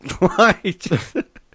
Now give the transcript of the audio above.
Right